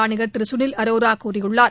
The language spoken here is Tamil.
ஆணையர் திரு சுனில் அரோரா கூறியுள்ளார்